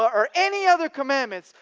or any other commandments,